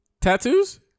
Tattoos